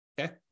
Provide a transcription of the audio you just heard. Okay